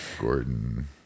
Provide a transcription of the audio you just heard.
Gordon